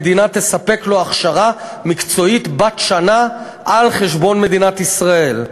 המדינה תספק לו הכשרה מקצועית בת שנה על חשבון מדינת ישראל,